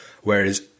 whereas